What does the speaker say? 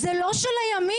זה לא של הימין.